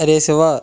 అరేయ్ శివ